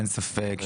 אין ספק.